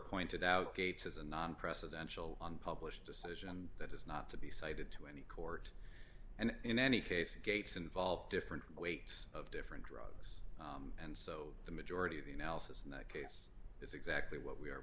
pointed out gates is a non presidential unpublished decision and that is not to be cited to any court and in any case the gates involved different weights of different drugs and so the majority of the analysis in that case is exactly what we are